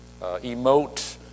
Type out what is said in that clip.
emote